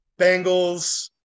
Bengals